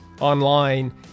online